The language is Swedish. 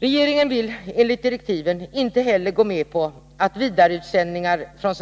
Regeringen vill enligt direktiven inte heller gå med på att vidareutsändningar från